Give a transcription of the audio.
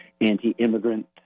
anti-immigrant